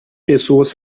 pessoas